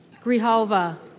Grijalva